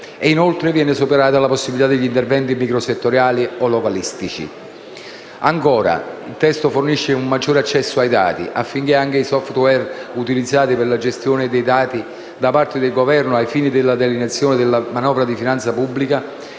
inoltre, viene superata la possibilità degli interventi microsettoriali e localistici. Ancora, il testo fornisce un maggiore accesso ai dati, anche ai *software* utilizzati per la gestione dei dati da parte del Governo ai fini della delineazione della manovra di finanza pubblica.